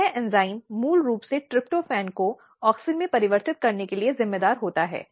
यह एंजाइम मूल रूप से ट्रिप्टोफैन को ऑक्सिन में परिवर्तित करने के लिए जिम्मेदार होता है